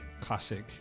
classic